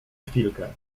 chwilkę